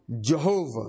Jehovah